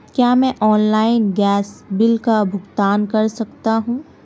क्या मैं online gas bill का भुगतान कर सकता हूँ?